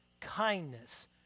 kindness